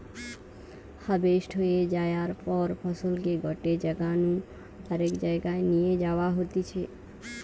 harvest হয়ে যায়ার পর ফসলকে গটে জাগা নু আরেক জায়গায় নিয়ে যাওয়া হতিছে